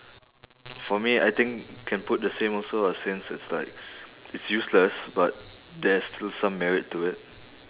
for me I think can put the same also ah since it's like it's useless but there's still some merit to it